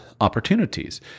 opportunities